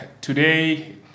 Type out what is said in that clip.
Today